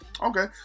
Okay